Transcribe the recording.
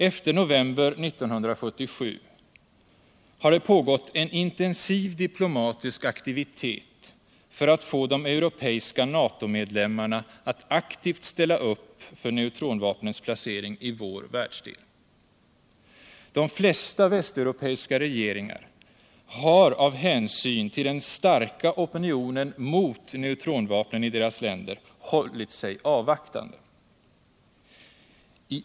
Efter november 1977 har det pågått en intensiv diplomatisk aktivitet för att få de curopeiska NATO-medlemmarna att aktivt ställa upp för neutronvapnens placering I vår världsdel. De flesta västeuropeiska regeringar har dock av hänsyn till den starka opinionen mot neutronvapnen i deras länder hållit sig uvvaktande.